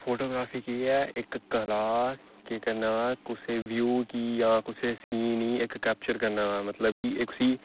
photography केह् ऐ इक कला केह् करना कुसै व्यू गी जां कुसै सीन गी इक कैप्चर करने दा मतलब कि इक उसी